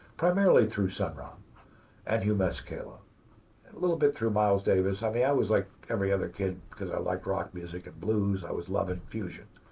primarily through sun ra and hugh masekela. a little bit through miles davis. i mean, i was like every other kid because i liked rock music and blues. i was loving fusion.